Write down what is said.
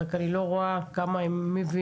רק אני לא רואה כמה הוא מבין